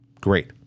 Great